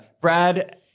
brad